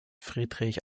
friedrich